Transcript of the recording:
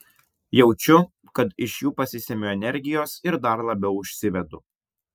jaučiu kad iš jų pasisemiu energijos ir dar labiau užsivedu